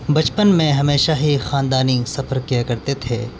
بچپن میں ہمیشہ ہی خاندانی سفر کیا کرتے تھے